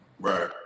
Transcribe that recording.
Right